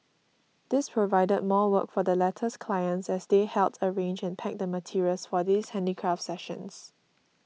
this provided more work for the latter's clients as they helped arrange and pack the materials for these handicraft sessions